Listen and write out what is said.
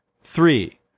Three